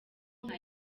nka